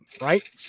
right